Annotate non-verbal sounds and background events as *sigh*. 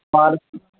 *unintelligible*